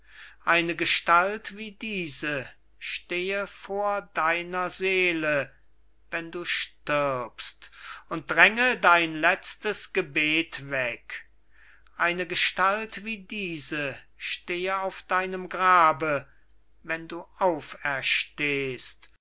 hand eine gestalt wie diese stehe vor deiner seele wenn du stirbst und dränge dein letztes gebet weg eine gestalt wie diese stehe auf deinem grabe wenn du